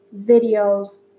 videos